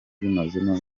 ubimazemo